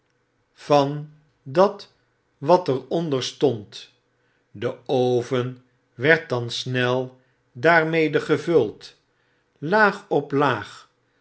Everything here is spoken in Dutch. van dat wat er onder stond de oven werd dan snel daarmede gevuld laag op laag